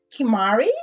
Kimari